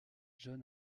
john